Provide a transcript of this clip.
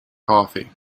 coffee